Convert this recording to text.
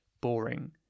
boring